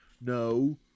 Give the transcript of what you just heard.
No